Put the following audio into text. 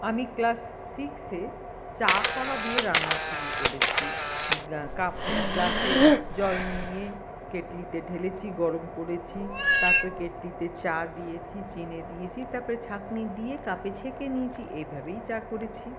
আমি ক্লাস সিক্সে চা করা দিয়ে রান্না শুরু করেছি কাপ গ্লাসে জল নিয়ে কেটলিতে ঢেলেছি গরম করেছি তারপরে কেটলিতে চা দিয়েছি চিনি দিয়েছি তারপরে ছাঁকনি দিয়ে কাপে ছেঁকে নিয়েছি এইভাবেই চা করেছি